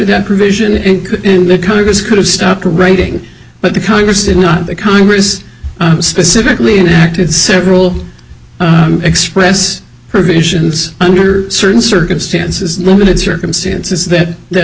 that provision in the congress could have stopped writing but the congress did not the congress specifically and acted several express provisions under certain circumstances limited circumstances that